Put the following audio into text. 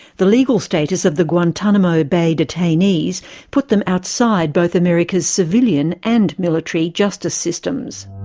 the legal status of the guantanamo bay detainees put them outside both america's civilian and military justice systems.